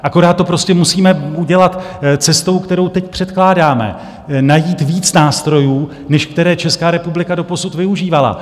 Akorát to prostě musíme udělat cestou, kterou teď předkládáme, najít víc nástrojů, než které Česká republika doposud využívala.